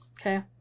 Okay